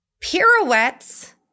pirouettes